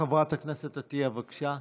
חברת הכנסת עטייה, בבקשה.